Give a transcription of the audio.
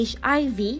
HIV